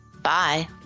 Bye